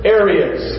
areas